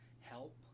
help